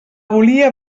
volia